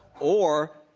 or,